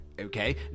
Okay